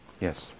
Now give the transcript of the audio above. yes